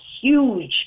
huge